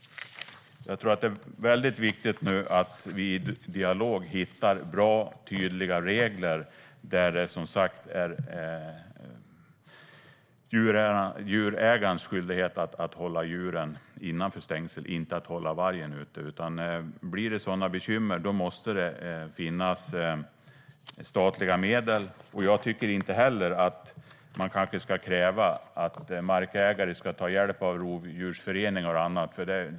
Det är viktigt att vi i en dialog hittar bra och tydliga regler där det blir djurägarens skyldighet att hålla djuren innanför stängsel, inte att hålla vargen utanför. Om det blir sådana bekymmer måste det finnas statliga medel. Jag tycker inte heller att det ska krävas att markägare ska ta hjälp av rovdjursföreningar och annat.